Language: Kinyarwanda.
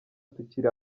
tukiri